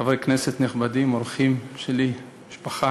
חברי כנסת נכבדים, אורחים שלי, משפחה,